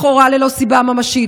לכאורה ללא סיבה ממשית.